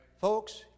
Folks